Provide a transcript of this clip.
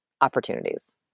opportunities